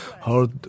hard